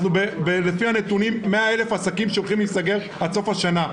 לפי הנתונים 100,000 עסקים הולכים להיסגר עד סוף השנה.